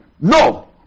No